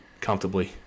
comfortably